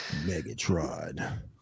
Megatron